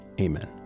amen